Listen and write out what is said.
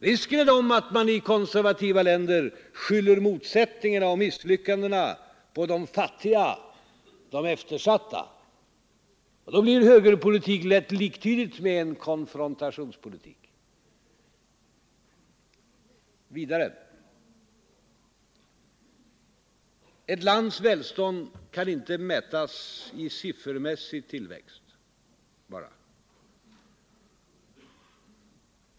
Risken är den att man i konservativa länder skyller motsättningarna och misslyckandena på de fattiga, de eftersatta, och då blir högerpolitik lätt liktydig med konfrontationspolitik. Vidare: Ett lands välstånd kan inte bara mätas i siffermässig tillväxt.